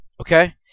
Okay